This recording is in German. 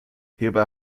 hierbei